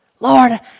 Lord